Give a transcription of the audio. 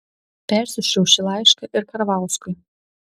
persiųsčiau šį laišką ir karvauskui